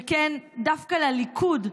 שכן דווקא לליכוד,